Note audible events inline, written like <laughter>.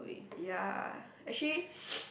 ya actually <noise>